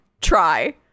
try